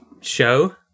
show